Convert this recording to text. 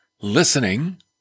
listening